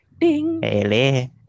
ding